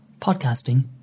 Podcasting